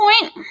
point